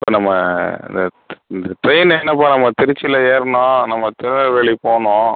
இப்போ நம்ம இந்த இந்த ட்ரெயின் என்னப்பா நம்ம திருச்சியில் ஏறினோம் நம்ம திருநெல்வேலி போகணும்